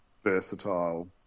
versatile